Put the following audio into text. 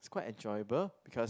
quite enjoyable because